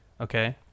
okay